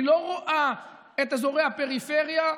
היא לא רואה את אזורי הפריפריה,